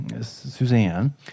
Suzanne